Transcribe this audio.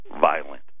violent